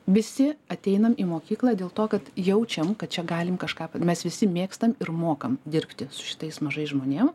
visi ateinam į mokyklą dėl to kad jaučiam kad čia galim kažką mes visi mėgstam ir mokam dirbti su šitais mažais žmonėms